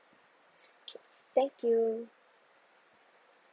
thank you